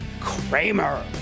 Kramer